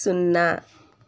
సున్నా